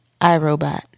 iRobot